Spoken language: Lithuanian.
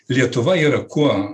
lietuva yra kuo